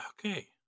Okay